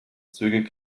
zügig